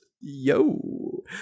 Yo